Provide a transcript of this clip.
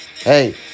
Hey